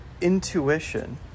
intuition